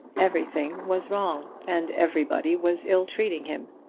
everything was wrong, and everybody was ill-treating him.